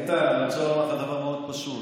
איתן, אני רוצה לומר לך דבר מאוד פשוט: